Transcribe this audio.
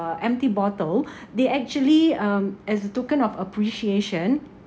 empty bottle they actually um as a token of appreciation